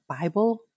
Bible